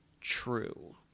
True